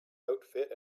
outfit